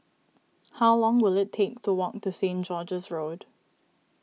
how long will it take to walk to Stain George's Road